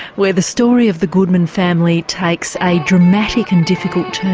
where the story of the goodman family takes a dramatic and difficult turn.